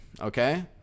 okay